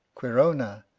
quirona,